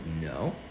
No